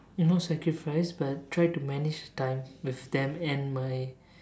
no sacrifice but try to manage time with them and my